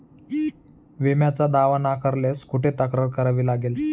विम्याचा दावा नाकारल्यास कुठे तक्रार करावी लागेल?